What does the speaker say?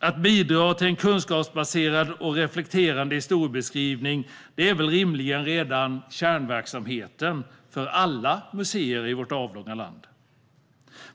Att bidra till en kunskapsbaserad och reflekterande historieskrivning är rimligen redan kärnverksamheten för alla museer i vårt avlånga land.